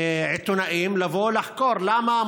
עיתונאים לבוא לחקור למה,